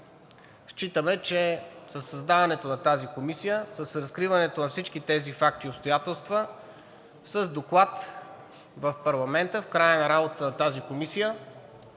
Считаме, че със създаването на тази комисия, с разкриването на всички тези факти и обстоятелства, с доклад в парламента, в края на работата на тази комисия